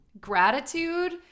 gratitude